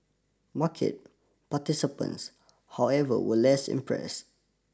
market participants however were less impressed